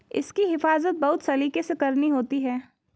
इसकी हिफाज़त बहुत सलीके से करनी होती है